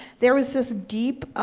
there was this deep,